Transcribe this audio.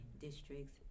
districts